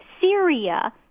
Syria